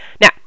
now